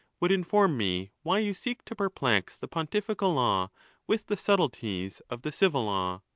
would inform me why you seek to perplex the pontifical law with the subtleties of the civil law?